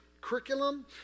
curriculum